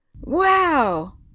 Wow